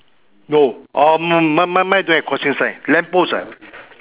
no um my my my don't have crossing sign lamp post ah